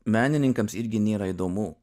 menininkams irgi nėra įdomu